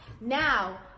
Now